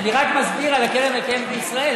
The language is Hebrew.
אני רק מסביר על הקרן הקיימת לישראל.